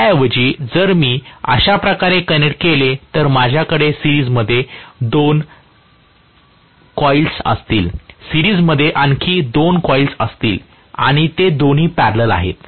त्याऐवजी जर मी अशा प्रकारे कनेक्ट केले तर माझ्याकडे सिरीज यमध्ये 2 कॉइल्स असतील सिरीज मध्ये आणखी 2 कॉइल्स असतील आणि ते दोन्ही पॅरलल आहेत